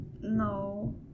No